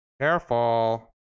Careful